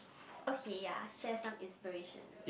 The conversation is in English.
okay ya share some inspiration